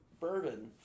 Bourbon